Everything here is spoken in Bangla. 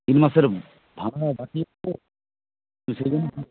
তিন মাসের ভাড়া বাকি